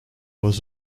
was